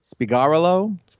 Spigarolo